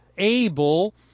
able